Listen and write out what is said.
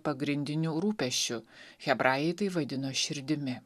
pagrindiniu rūpesčiu hebrajai tai vaidino širdimi